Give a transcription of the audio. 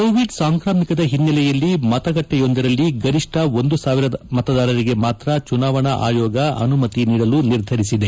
Covid ಸಾಂಕ್ರಾಮಿಕದ ಹಿನ್ನೆಲೆಯಲ್ಲಿ ಮತಗಟ್ಟೆಯೊಂದರಲ್ಲಿ ಗರಿಷ್ಟ ಒಂದು ಸಾವಿರದ ಮತದಾರರಿಗೆ ಮಾತ್ರ ಚುನಾವಣಾ ಆಯೋಗ ಅನುಮತಿ ನೀಡಲು ನಿರ್ಧರಿಸಿದೆ